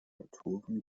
autoren